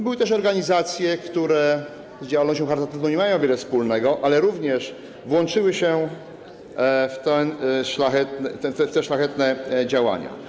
Były też organizacje, które z działalnością charytatywną nie mają wiele wspólnego, ale również włączyły się w te szlachetne działania.